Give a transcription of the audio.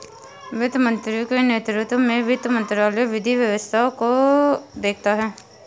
वित्त मंत्री के नेतृत्व में वित्त मंत्रालय विधि व्यवस्था को देखता है